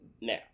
Now